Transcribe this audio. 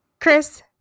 Chris